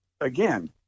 again